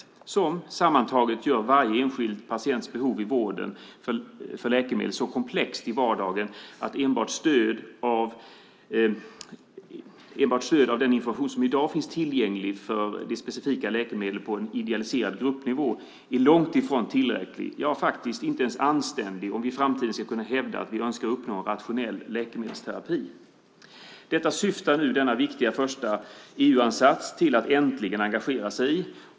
Detta gör sammantaget varje enskild patients behov av läkemedel i vardagen så komplext att enbart stöd av den information som i dag finns tillgänglig för det specifika läkemedlet på en idealiserad gruppnivå långt ifrån är tillräckligt. Det är faktiskt inte ens anständigt om vi i framtiden ska kunna hävda att vi önskar uppnå en rationell läkemedelsterapi. Detta syftar denna viktiga, första EU-ansats till att man äntligen ska engagera sig i.